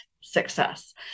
success